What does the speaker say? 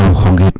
hong